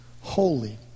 holy